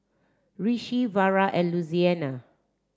Rishi Vara and Louisiana